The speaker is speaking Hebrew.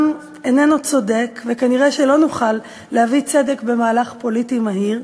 איננו צודק ושכנראה לא נוכל להביא צדק במהלך פוליטי מהיר,